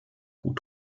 gut